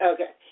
Okay